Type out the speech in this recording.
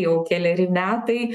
jau keleri metai